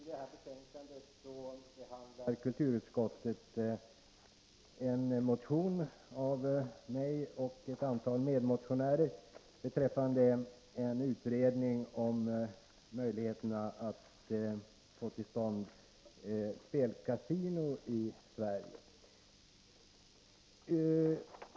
Fru talman! I det här betänkandet behandlar kulturutskottet en motion av mig och ett antal medmotionärer beträffande en utredning om möjligheterna att få till stånd ett spelkasino i Sverige.